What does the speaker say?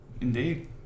Indeed